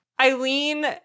Eileen